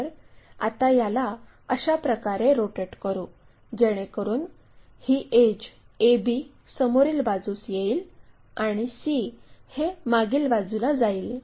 तर आता याला अशाप्रकारे रोटेट करू जेणेकरून ही एड्ज ab समोरील बाजूला येईल आणि c हे मागील बाजूला जाईल